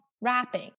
wrapping